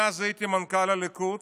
אני אז הייתי מנכ"ל הליכוד,